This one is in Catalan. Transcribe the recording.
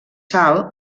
sal